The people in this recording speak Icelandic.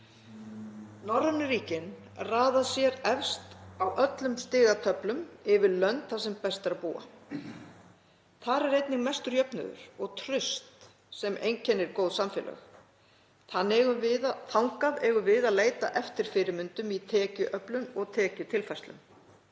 Norrænu ríkin raða sér efst á öllum stigatöflum yfir lönd þar sem best er að búa. Þar er einnig mestur jöfnuður og traust sem einkennir góð samfélög. Þangað eigum við að leita eftir fyrirmyndum í tekjuöflun og tekjutilfærslum.